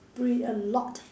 pretty a lot